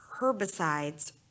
herbicides